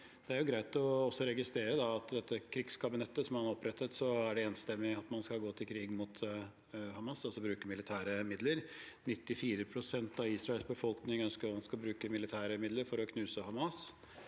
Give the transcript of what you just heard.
Det er greit også å registrere at i dette krigskabinettet man har opprettet, er det enstemmig at man skal gå til krig mot Hamas, altså bruke militære midler. 94 pst. av Israels befolkning ønsker at man skal bruke militære midler for å knuse Hamas.